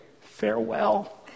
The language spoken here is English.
farewell